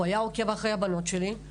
הוא היה עוקב אחרי הבנות שלי.